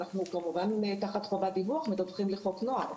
אנחנו כמובן תחת חובת דיווח ומדווחים לחוק הנוער.